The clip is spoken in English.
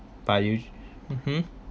by usual mmhmm